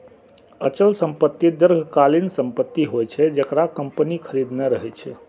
अचल संपत्ति दीर्घकालीन संपत्ति होइ छै, जेकरा कंपनी खरीदने रहै छै